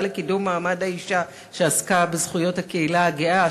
לקידום מעמד האישה שעסקה בזכויות הקהילה הגאה.